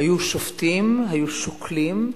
היו שופטים, היו שוקלים,